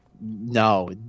no